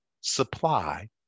supply